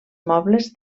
mobles